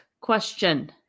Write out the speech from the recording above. question